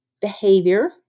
behavior